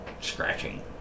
scratching